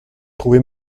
trouver